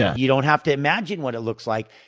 you don't have to imagine what it looks like.